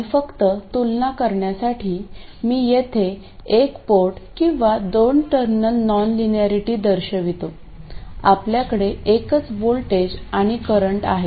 आणि फक्त तुलना करण्यासाठी मी येथे एक पोर्ट किंवा दोन टर्मिनल नॉनलिनिरिटी दर्शवितो आपल्याकडे एकच व्होल्टेज आणि करंट आहे